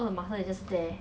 你跑多快 ah